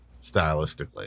Stylistically